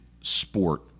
sport